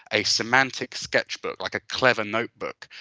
a semantic sketchbook, like a clever notebook,